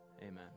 amen